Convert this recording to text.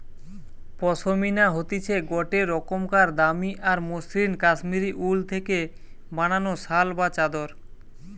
পশমিনা হতিছে গটে রোকমকার দামি আর মসৃন কাশ্মীরি উল থেকে বানানো শাল বা চাদর